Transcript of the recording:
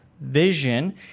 vision